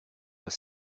was